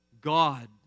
God